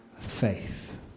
faith